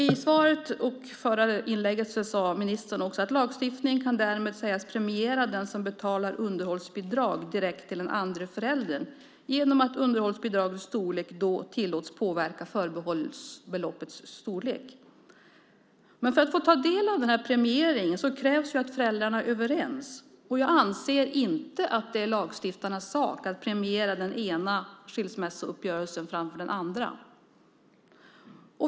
I svaret och i sitt förra inlägg sade ministern också att lagstiftningen kan sägas premiera den som betalar underhållsbidrag direkt till den andre föräldern genom att underhållsbidragets storlek då tillåts påverka förbehållsbeloppets storlek. Men för att få ta del av premieringen krävs att föräldrarna är överens. Jag anser inte att det är lagstiftarnas sak att premiera den ena skilsmässouppgörelsen framför den andra.